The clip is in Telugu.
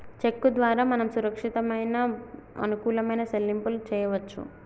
చెక్కు ద్వారా మనం సురక్షితమైన అనుకూలమైన సెల్లింపులు చేయవచ్చు